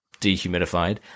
dehumidified